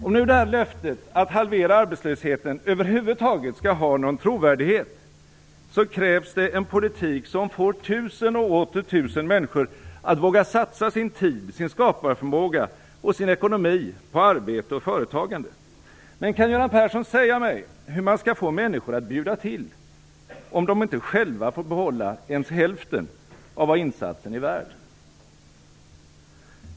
Om löftet att halvera arbetslösheten över huvud taget skall ha någon trovärdighet, krävs det en politik som får tusen och åter tusen människor att våga satsa sin tid, sin skaparförmåga och sin ekonomi på arbete och företagande. Men kan Göran Persson säga mig hur man skall få människor att bjuda till, om de inte själva får behålla ens hälften av vad insatsen är värd?